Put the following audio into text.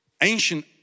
ancient